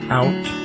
out